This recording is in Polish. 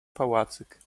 pałacyk